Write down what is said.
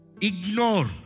Ignore